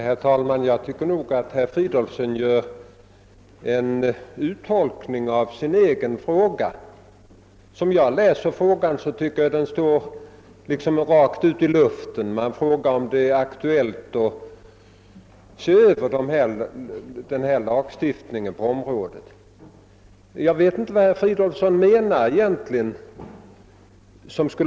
Herr talman! Jag tycker nog att herr Fridolfsson i Stockholm gör en uttolkning av sin egen fråga. Som jag läser den tycker jag att den hänger i luften. Han frågar om det är aktuellt att se över lagstiftningen på detta område. Jag vet inte vad herr Fridolfsson egentligen menar.